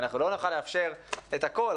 לא נוכל לאפשר את הכול,